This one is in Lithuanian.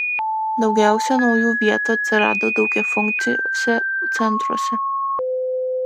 daugiausia naujų vietų atsirado daugiafunkciuose centruose